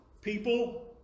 people